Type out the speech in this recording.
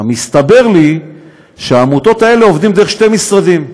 מסתבר לי שהעמותות האלה עובדות דרך שני משרדים,